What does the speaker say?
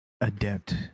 adept